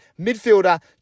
midfielder